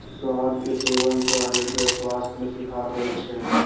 शहद के सेवन सं हृदय स्वास्थ्य मे सुधार होइ छै